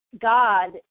God